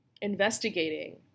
investigating